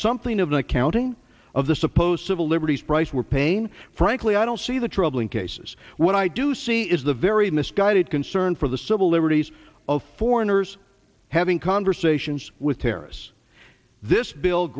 something of an accounting of the supposed civil liberties price we're paying frankly i don't see the troubling cases when i do see is a very misguided concern for the civil liberties of foreigners having conversations with terrorists this bil